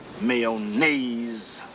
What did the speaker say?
Mayonnaise